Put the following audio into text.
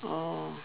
oh